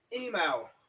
email